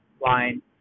line